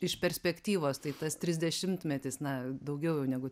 iš perspektyvos tai tas trisdešimtmetis na daugiau jau negu